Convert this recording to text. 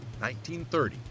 1930